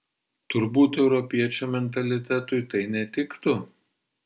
turbūt europiečio mentalitetui tai netiktų